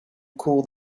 call